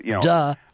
duh